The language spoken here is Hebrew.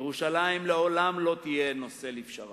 ירושלים לעולם לא תהיה נושא לפשרה,